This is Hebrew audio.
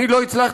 אני לא הצלחתי,